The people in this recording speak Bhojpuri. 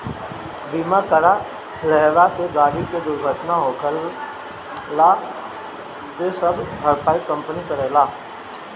बीमा करा लेहला से गाड़ी के दुर्घटना होखला पे सब भरपाई कंपनी करेला